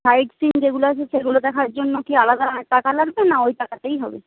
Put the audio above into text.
site seeing যেগুলো আছে সেগুলো দেখার জন্য কি আলাদা টাকা লাগবে না ওই টাকাতেই হবে